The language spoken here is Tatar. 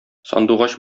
сандугач